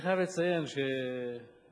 אני חייב לציין שהרשות,